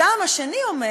הטעם השני הוא: